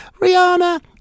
Rihanna